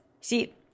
See